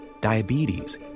diabetes